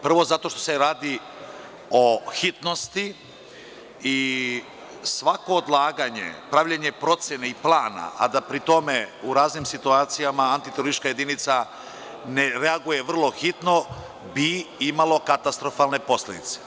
Prvo, zato što se radi o hitnosti i svako odlaganje, pravljenje procene i plana, a da pri tome u raznim situacijama antiteroristička jedinica ne reaguje vrlo hitno, bi imalo katastrofalne posledice.